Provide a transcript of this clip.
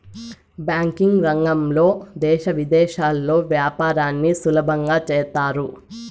banking రంగంలో దేశ విదేశాల్లో యాపారాన్ని సులభంగా చేత్తారు